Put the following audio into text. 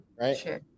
right